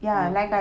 you were uh